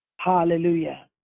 Hallelujah